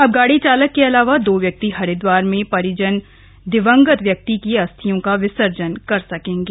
अब गाड़ी चालक के अलावा दो व्यक्ति हरिदवार में परिजन दिवंगत व्यक्ति की अस्थियों का विसर्जन कर सकेंगे